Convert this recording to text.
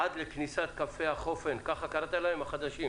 עד לכניסת החופנים החדשים.